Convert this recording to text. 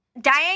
Diane